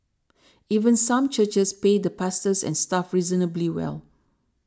even some churches pay the pastors and staff reasonably well